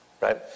right